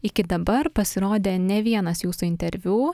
iki dabar pasirodė ne vienas jūsų interviu